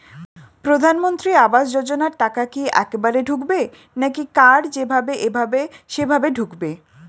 প্রধানমন্ত্রী আবাস যোজনার টাকা কি একবারে ঢুকবে নাকি কার যেভাবে এভাবে সেভাবে ঢুকবে?